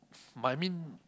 my mean